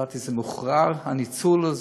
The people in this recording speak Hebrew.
לדעתי זה מכוער, הניצול הזה.